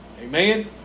Amen